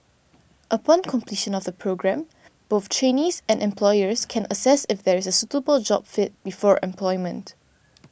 upon completion of the programme both trainees and employers can assess if there is a suitable job fit before employment